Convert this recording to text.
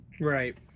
Right